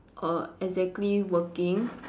err exactly working